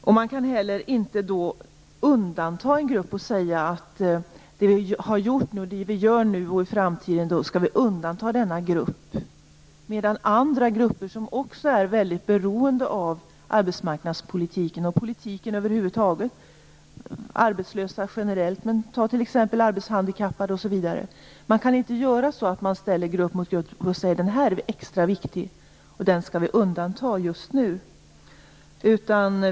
Vidare kan man inte undanta en viss grupp och beträffande det som har gjorts, det vi gör nu och det vi i framtiden kommer att göra säga att den gruppen skall undantas. Det finns ju också andra grupper, som är väldigt beroende av arbetsmarknadspolitiken och politiken över huvud taget - arbetslösa generellt, arbetshandikappade osv. Jag upprepar att det inte går att säga att en viss grupp är extra viktig och att den just nu skall undantas.